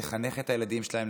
לחנך את הילדים שלהם,